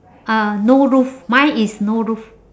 uh no roof mine is no roof